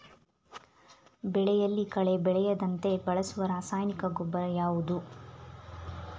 ಬೆಳೆಯಲ್ಲಿ ಕಳೆ ಬೆಳೆಯದಂತೆ ಬಳಸುವ ರಾಸಾಯನಿಕ ಗೊಬ್ಬರ ಯಾವುದು?